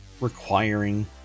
requiring